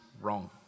wrong